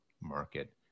market